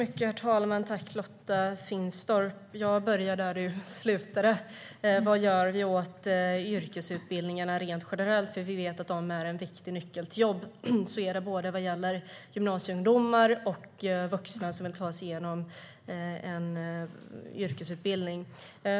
Herr talman! Tack, Lotta Finstorp! Jag börjar där du slutade. Vad gör vi åt yrkesutbildningarna rent generellt? Vi vet att de är en viktig nyckel till jobb. Så är det både vad gäller gymnasieungdomar och vuxna som vill ta sig igenom en yrkesutbildning.